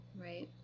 Right